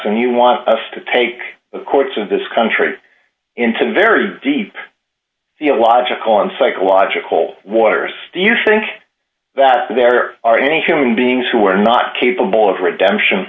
and you want to take the courts of this country into very deep theological and psychological waters do you think that there are any human beings who are not capable of redemption